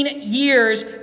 years